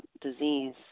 disease